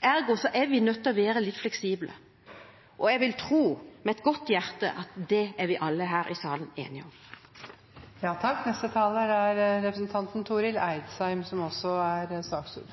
Ergo er vi nødt til å være litt fleksible, og jeg vil tro, med et godt hjerte, at det er vi alle her i salen enige om. Vi i Høgre er heilt einige i at ein må sjå